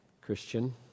Christian